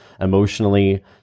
emotionally